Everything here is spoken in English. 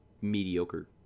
mediocre